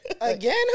Again